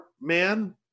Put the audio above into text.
man